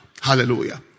Hallelujah